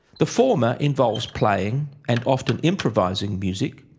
the former involves playing and often improvising music,